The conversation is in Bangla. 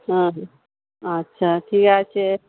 হ্যাঁ হ্যাঁ আচ্ছা ঠিক আছে